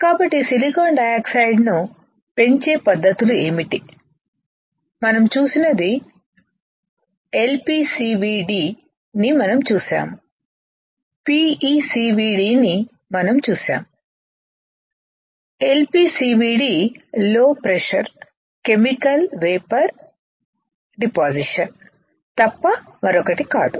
కాబట్టి సిలికాన్ డయాక్సైడును పెంచే పద్ధతులు ఏమిటి మనం చూసినది ఎల్పిసివిడి ని మనం చూశాము పిఇసివిడి ని మనం చూశాము ఎల్పిసివిడి లో ప్రెషర్ కెమికల్ వేపర్ డిపాసిషన్ తప్ప మరొకటి కాదు